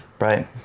Right